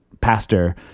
Pastor